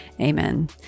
amen